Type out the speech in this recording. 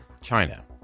China